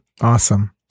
awesome